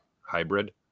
hybrid